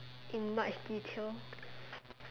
in much detail